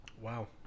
Wow